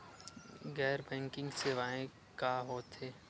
गैर बैंकिंग सेवाएं का होथे?